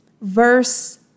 verse